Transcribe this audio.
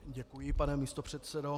Děkuji, pane místopředsedo.